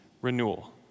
renewal